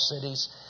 cities